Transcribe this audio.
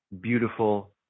beautiful